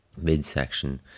midsection